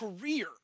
career